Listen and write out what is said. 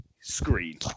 screen